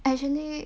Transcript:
actually